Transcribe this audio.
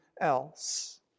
else